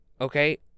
okay